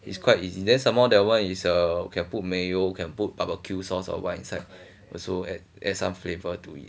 it's quite easy then some more than one is uh can put mayo~ can put barbecue sauce or what inside also add add some flavour to it